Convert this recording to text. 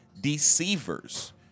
Deceivers